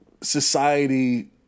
society